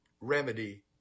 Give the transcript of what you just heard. remedy